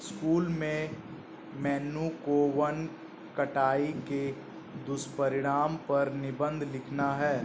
school में मन्नू को वन कटाई के दुष्परिणाम पर निबंध लिखना है